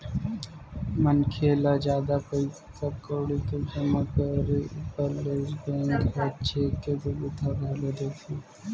मनखे ल जादा पइसा कउड़ी के जमा करे ऊपर ले बेंक ह चेक के सुबिधा घलोक देथे